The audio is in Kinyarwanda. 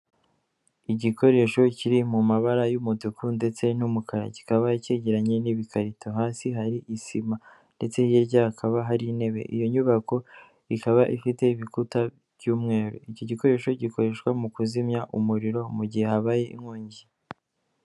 Igikoresho kiri mu mabara y'umutuku ndetse n'umukara kikaba cyegeranye n'ibikarito hasi hari isima ndetse hirya hakaba hari intebe, iyo nyubako ikaba ifite ibikuta by'umweru, iki gikoresho gikoreshwa mu kuzimya umuriro mu gihe habaye inkongi.